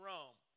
Rome